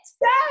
Yes